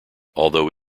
although